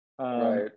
Right